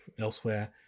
elsewhere